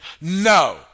no